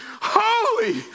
holy